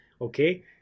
okay